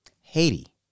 Haiti